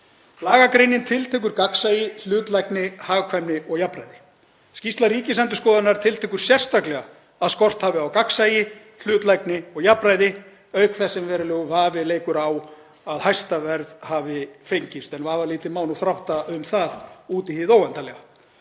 Lagagreinin tiltekur gagnsæi, hlutlægni, hagkvæmni og jafnræði. Skýrsla Ríkisendurskoðunar tiltekur sérstaklega að skort hafi á gagnsæi, hlutlægni og jafnræði, auk þess sem verulegur vafi leikur á að hæsta verð hafi fengist en vafalítið má þrátta um það út í hið óendanlega.